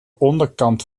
onderkant